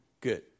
Good